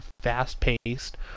fast-paced